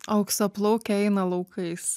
auksaplaukė eina laukais